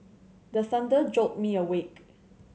the thunder jolt me awake